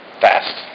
Fast